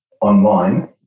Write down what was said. online